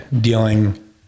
dealing